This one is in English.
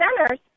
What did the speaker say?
centers